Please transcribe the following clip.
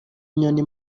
inyoni